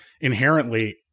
inherently